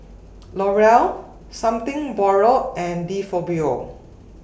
Laurier Something Borrowed and De Fabio